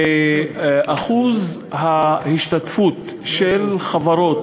ואחוז ההשתתפות של חברות